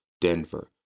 Denver